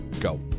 Go